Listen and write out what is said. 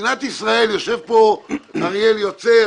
מדינת ישראל יושב פה אריאל יוצר